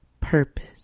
purpose